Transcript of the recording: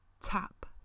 tap